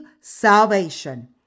salvation